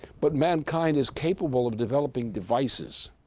but mankind is capable of developing devices.